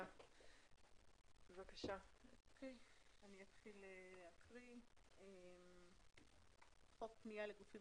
אני אתחיל בהקראה: "חוק פנייה לגופים